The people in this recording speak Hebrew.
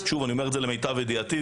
אני אומר את זה למיטב ידיעתי,